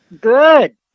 Good